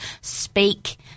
speak